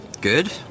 Good